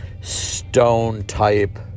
stone-type